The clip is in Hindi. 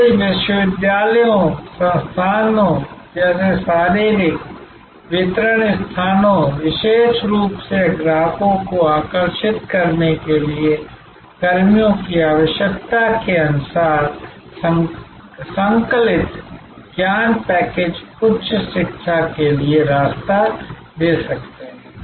कॉलेजों विश्वविद्यालयों संस्थानों जैसे शारीरिक वितरण स्थानों विशेष रूप से ग्राहकों को आकर्षित करनेके लिए कर्मियों की आवश्यकताके अनुसार संकलित ज्ञान पैकेज उच्च शिक्षा के लिए रास्ता दे सकते हैं